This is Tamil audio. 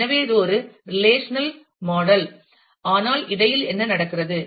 எனவே இது ஒரு ரிலேஷனல் மாடல் ஆனால் இடையில் என்ன நடக்கிறது